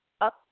up